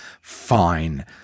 fine